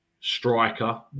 striker